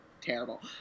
terrible